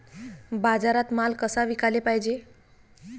बाजारात माल कसा विकाले पायजे?